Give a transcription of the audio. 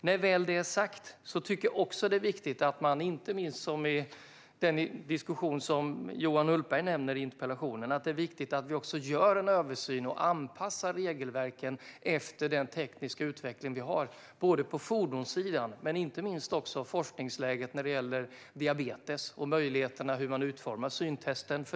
När väl det är sagt är det också viktigt, som Johan Hultberg nämner i interpellationen, att vi också gör en översyn och anpassar regelverken efter den tekniska utveckling vi har på fordonssidan och också sett till forskningsläget inte minst för diabetes. Det gäller för den delen också hur man utformar syntesten.